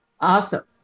Awesome